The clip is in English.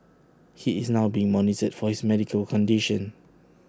he is now being monitored for his medical condition